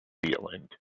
zealand